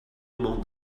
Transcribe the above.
among